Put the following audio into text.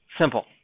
simple